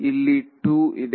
ಇಲ್ಲಿ 2 ಇದೆ ಹಾಗೂ ಇಲ್ಲಿ 1 ಇದೆ